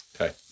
Okay